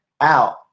out